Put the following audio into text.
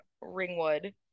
ringwood